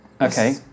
okay